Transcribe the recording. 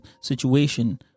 situation